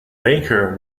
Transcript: baker